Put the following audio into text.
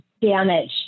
damage